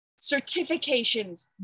Certifications